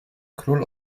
król